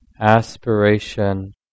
aspiration